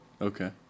Okay